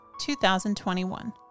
2021